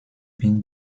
been